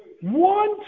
one